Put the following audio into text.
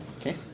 Okay